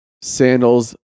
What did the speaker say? sandals